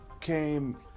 came